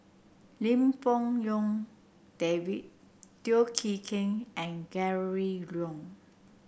Lim Fong Jock David Teo Chee Hean and Gregory Yong